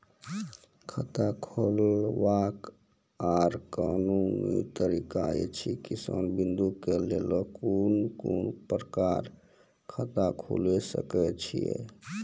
खाता खोलवाक आर कूनू तरीका ऐछि, किसान बंधु के लेल कून कून प्रकारक खाता खूलि सकैत ऐछि?